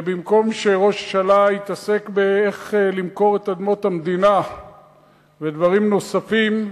במקום שראש הממשלה יתעסק באיך למכור את אדמות המדינה ודברים נוספים,